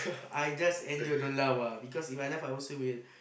I just endure don't laugh ah because If I laugh I also will